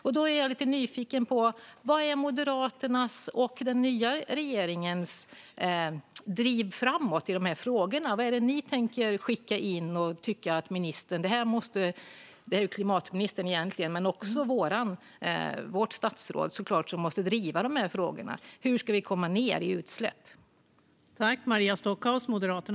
Jag är lite nyfiken på hur Moderaterna och den nya regeringens tänker gå framåt i dessa frågor. Hur tänker klimatministern och infrastrukturministern driva dessa frågor? Hur ska Sverige sänka utsläppen?